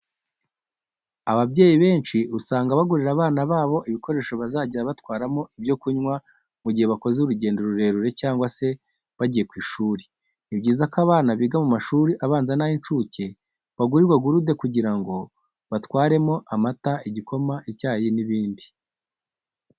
Ababyeyi benshi usanga bagurira abana babo ibikoresho bazajya batwaramo ibyo kunywa mu gihe bakoze urugendo rurerure cyangwa se bagiye ku ishuri. Ni byiza ko abana biga mu mashuri abanza n'ay'incuke bagurirwa gurude kugira ngo batwaremo amata, igikoma, icyayi n'ibindi.